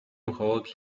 მხოლოდ